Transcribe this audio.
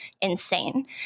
insane